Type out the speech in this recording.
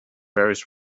varies